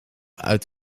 uit